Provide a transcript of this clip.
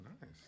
nice